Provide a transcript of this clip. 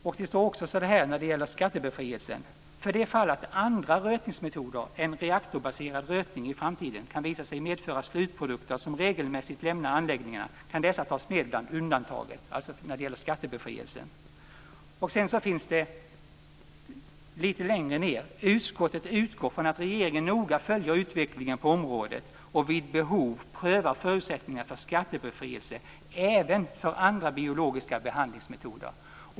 Det framhålls vidare vad gäller skattebefrielse: "För det fall att andra rötningsmetoder än reaktorbaserad rötning i framtiden kan visa sig medföra slutprodukter som regelmässigt lämnar anläggningarna kan dessa tas med bland undantagen." Lite längre ned anförs: "Utskottet utgick från att regeringen noga följer utvecklingen på området och vid behov prövar förutsättningarna för skattebefrielse även för andra biologiska behandlingsmetoder."